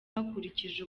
hakurikijwe